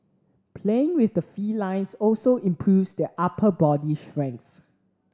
playing with the felines also improves their upper body strength